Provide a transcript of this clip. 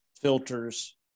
filters